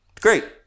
Great